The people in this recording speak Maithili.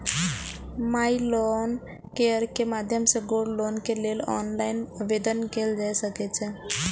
माइ लोन केयर के माध्यम सं गोल्ड लोन के लेल ऑनलाइन आवेदन कैल जा सकै छै